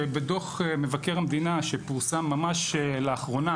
שבדו״ח מבקר המדינה שפותח ממש לאחרונה